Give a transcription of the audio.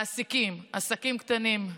מעסיקים, עסקים קטנים.